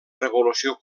revolució